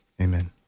amen